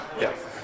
Yes